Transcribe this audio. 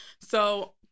So-